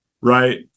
right